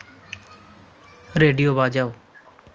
radio বাজাও